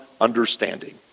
understanding